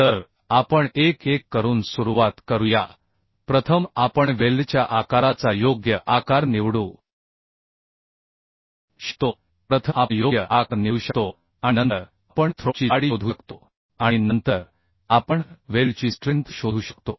तर आपण एक एक करून सुरुवात करूया प्रथम आपण वेल्डच्या आकाराचा योग्य आकार निवडू शकतो प्रथम आपण योग्य आकार निवडू शकतो आणि नंतर आपण थ्रोट ची जाडी शोधू शकतो आणि नंतर आपण वेल्डची स्ट्रेंथ शोधू शकतो